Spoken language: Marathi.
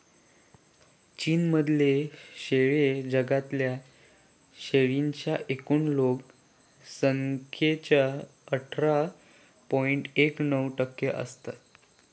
चीन मधले शेळे जगातल्या शेळींच्या एकूण लोक संख्येच्या अठरा पॉइंट एक नऊ टक्के असत